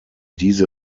diese